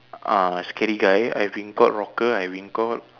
uh scary guy I've been called rocker I've been called